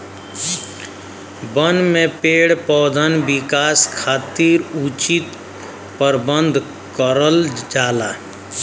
बन में पेड़ पउधन विकास खातिर उचित प्रबंध करल जाला